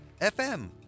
FM